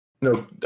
no